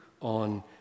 on